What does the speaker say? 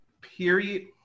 period